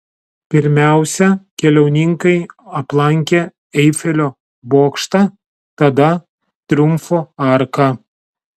pirmiausia keliauninkai aplankė eifelio bokštą tada triumfo arką